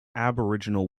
aboriginal